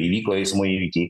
įvyko eismo įvykiai